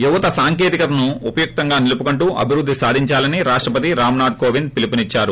యువత సాంకేతికతను ఉపయుక్తంగా నిలుపుకుంటూ అభివృద్ది సాధించాలని రాష్టపతి రామ్నాథ్ కోవింద్ పిలుపునిచ్చారు